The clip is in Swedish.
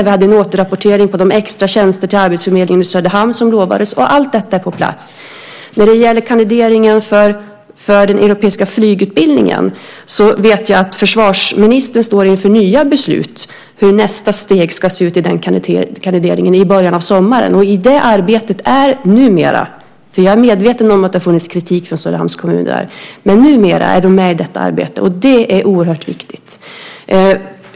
Vi hade en återrapportering om de extra tjänster till Arbetsförmedlingen i Söderhamn som utlovats. Allt detta är på plats. När det gäller kandideringen för den europeiska flygledarutbildningen vet jag att försvarsministern står inför nya beslut om hur nästa steg ska se ut i kandideringen i början av sommaren. I det arbetet är Söderhamn numera med. Jag är medveten om att det har funnits kritik från Söderhamns kommun. Det är oerhört viktigt.